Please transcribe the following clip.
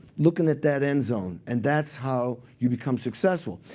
looking at that end zone. and that's how you become successful.